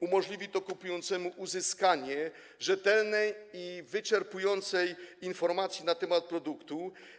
Umożliwi to kupującemu uzyskanie rzetelnej i wyczerpującej informacji na temat produktu.